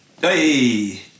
hey